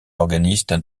organiste